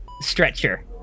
stretcher